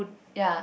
ya